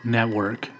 Network